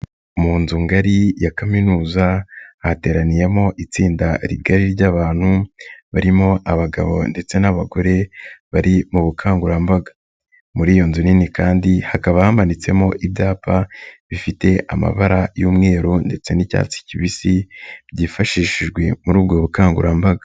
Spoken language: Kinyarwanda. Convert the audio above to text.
Mu nzu ngari ya Kaminuza hateraniyemo itsinda rigari ry'abantu barimo abagabo ndetse n'abagore bari mu bukangurambaga. Muri iyo nzu nini kandi hakaba hamanitsemo ibyapa bifite amabara y'umweru ndetse n'icyatsi kibisi, byifashishijwe muri ubwo bukangurambaga.